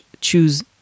choose